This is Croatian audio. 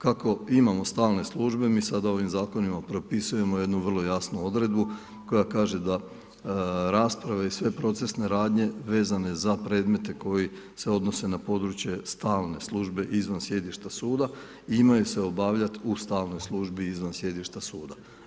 Kako imamo stalne službe mi sada ovim zakonima propisujemo jednu vrlo jasnu odredbu koja kaže da rasprave i sve procesne radnje vezane za predmete koji se odnose na područje stalne službe izvan sjedišta suda imaju se obavljati u stalnoj službi izvan sjedišta suda.